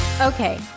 Okay